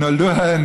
כמה נולדו אתמול?